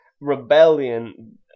rebellion